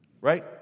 right